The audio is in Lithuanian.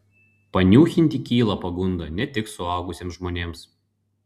paniūchinti kyla pagunda ne tik suaugusiems žmonėms